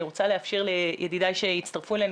אני רוצה לאפשר לידידיי שהצטרפו אלינו